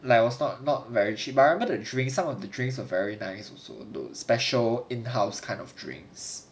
but it was not not very cheap but I love the drinks some of the drinks are very nice also though special in-house kind of drinks